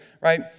right